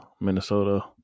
Minnesota